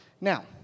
now